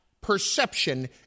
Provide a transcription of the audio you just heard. perception